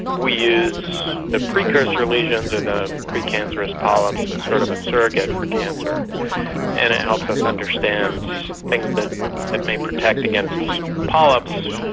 we use the precursor lesions or the pre-cancerous polyps as sort of a surrogate for cancer and it helps us understand things that may protect against polyps,